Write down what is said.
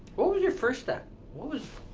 what was your first step? what was,